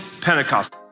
Pentecost